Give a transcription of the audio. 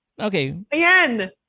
Okay